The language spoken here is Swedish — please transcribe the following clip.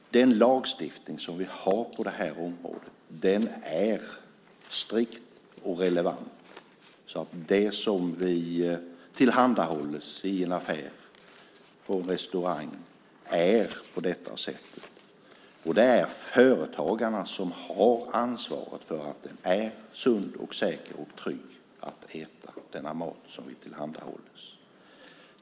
Den lagstiftning vi har på området är strikt och relevant. För det som vi tillhandahålles i en affär, på en restaurang, ska det vara så. Det är företagarna som har ansvaret för att maten är sund, säker och trygg att äta.